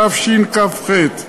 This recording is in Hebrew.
התשכ"ח 1968,